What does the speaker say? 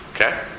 Okay